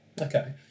Okay